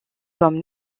comme